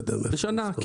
כן, בשנה.